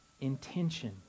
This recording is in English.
intention